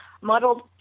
muddled